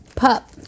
Pup